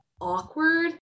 awkward